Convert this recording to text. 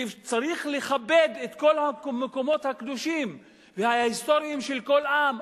וצריך לכבד את כל המקומות הקדושים וההיסטוריים של כל עם,